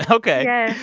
ah ok yeah,